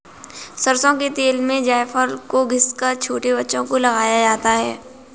सरसों के तेल में जायफल को घिस कर छोटे बच्चों को लगाया जाता है